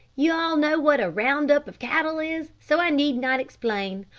you all know what a round-up of cattle is, so i need not explain.